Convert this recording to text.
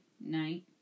night